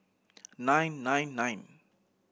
nine nine nine